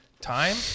time